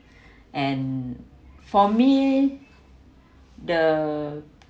and for me the